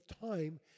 time